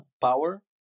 power